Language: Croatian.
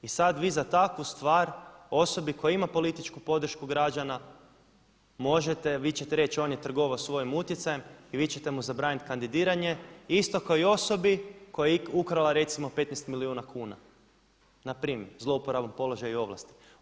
I sad vi za takvu stvar osobi koja ima političku podršku građana možete, vi ćete reći on je trgovao svojim utjecajem i vi ćete mu zabraniti kandidiranje isto kao i osobi koja je ukrala recimo 15 milijuna kuna npr. zlouporabom položaja i ovlasti.